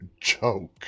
joke